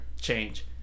change